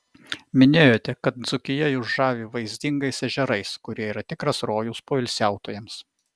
minėjote kad dzūkija jus žavi vaizdingais ežerais kurie yra tikras rojus poilsiautojams